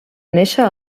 néixer